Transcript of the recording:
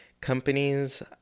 companies